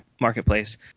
Marketplace